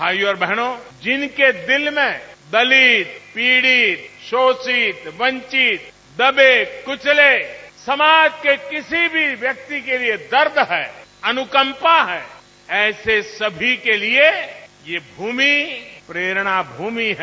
भाइयों बहनों जिनके दिल में दलित पीड़ित शोषित वंचित दबे कुचले समाज के किसी भी व्यक्ति के लिए दर्द है अनुकम्पा है ऐसे सभी के लिए यह भूमि प्रेरणा भूमि है